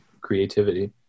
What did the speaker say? creativity